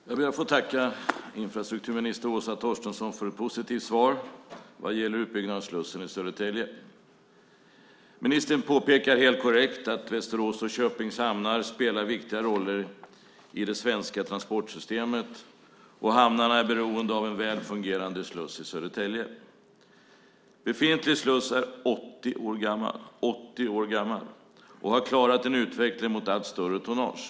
Herr talman! Jag ber att få tacka infrastrukturminister Åsa Torstensson för ett positivt svar vad gäller utbyggnaden av slussen i Södertälje. Ministern påpekar helt korrekt att Västerås och Köpings hamnar spelar viktiga roller i det svenska transportsystemet, och hamnarna är beroende av en väl fungerande sluss i Södertälje. Befintlig sluss är 80 år gammal och har klarat en utveckling mot allt större tonnage.